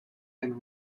and